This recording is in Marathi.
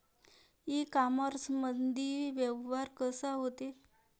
इ कामर्समंदी व्यवहार कसा होते?